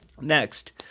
next